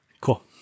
Cool